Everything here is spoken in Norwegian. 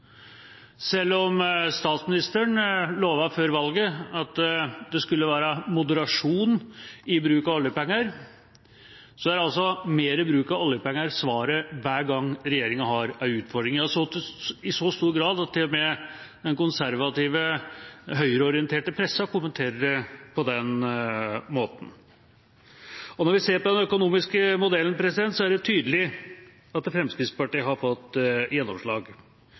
Selv om statsministeren lovet før valget at det skulle være moderasjon i bruk av oljepenger, er altså mer bruk av oljepenger svaret hver gang regjeringa har en utfordring – ja, i så stor grad at til og med den konservative høyreorienterte pressen kommenterer det på den måten. Når vi ser på den økonomiske modellen, er det tydelig at Fremskrittspartiet har fått gjennomslag,